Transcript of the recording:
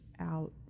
out